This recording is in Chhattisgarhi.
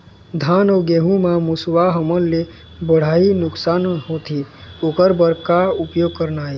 धान अउ गेहूं म मुसवा हमन ले बड़हाए नुकसान होथे ओकर बर का उपाय करना ये?